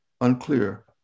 unclear